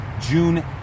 june